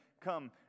Come